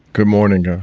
good morning. ah